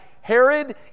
Herod